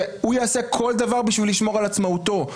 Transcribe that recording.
שהוא יעשה כל דבר כדי לשמור על עצמאותו.